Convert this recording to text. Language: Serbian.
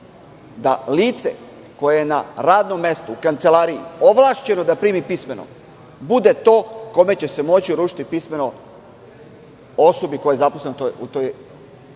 da lice koje je na radnom mestu, u kancelariji, ovlašćeno da primi pismeno, bude to kome će se moći uručiti pismeno osobi koja je zaposlena u preduzeću,